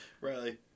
Riley